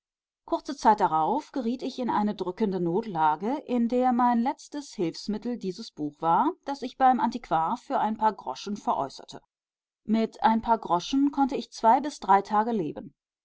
kurze zeit darauf geriet ich in eine drückende notlage in der mein letztes hilfsmittel dieses buch war das ich beim antiquar für ein paar groschen veräußerte mit ein paar groschen konnte ich zwei bis drei tage leben